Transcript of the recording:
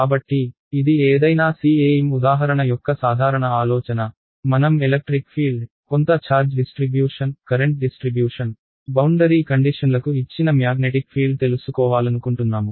కాబట్టి ఇది ఏదైనా CEM ఉదాహరణ యొక్క సాధారణ ఆలోచన మనం ఎలక్ట్రిక్ ఫీల్డ్ కొంత charge distribution current distribution boundary కండిషన్లకు ఇచ్చిన మ్యాగ్నెటిక్ ఫీల్డ్ తెలుసుకోవాలనుకుంటున్నాము